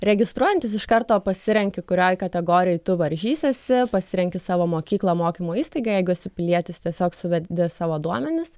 registruojantis iš karto pasirenki kurioj kategorijoj tu varžysiesi pasirenki savo mokyklą mokymo įstaigą jeigu esi pilietis tiesiog suvedi savo duomenis